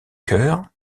chœur